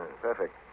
Perfect